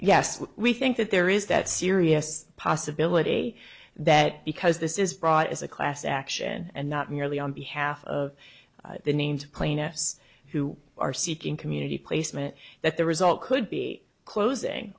yes we think that there is that serious possibility that because this is brought as a class action and not merely on behalf of the named plaintiffs who are seeking community placement that the result could be closing